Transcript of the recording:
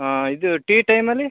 ಹಾಂ ಇದು ಟೀ ಟೈಮಲ್ಲಿ